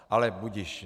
Ale budiž.